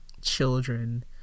children